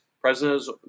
presidents